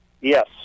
Yes